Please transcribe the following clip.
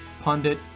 pundit